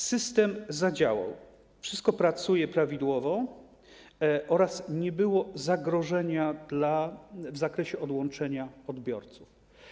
System zadziałał, wszystko pracuje prawidłowo oraz nie było zagrożenia w zakresie odłączenia odbiorców.